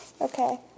Okay